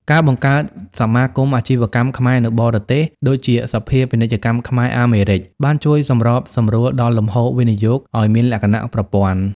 ការបង្កើតសមាគមអាជីវកម្មខ្មែរនៅបរទេស (ដូចជាសភាពាណិជ្ជកម្មខ្មែរ-អាមេរិក) បានជួយសម្របសម្រួលដល់លំហូរវិនិយោគឱ្យមានលក្ខណៈប្រព័ន្ធ។